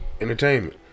entertainment